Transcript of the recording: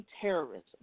terrorism